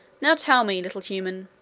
now tell me, little human,